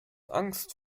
angst